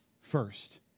first